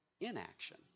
inaction